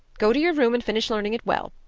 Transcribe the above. go to your room and finish learning it well,